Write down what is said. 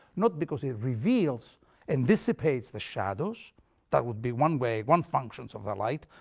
not because he reveals and dissipates the shadows that would be one way, one function of the light,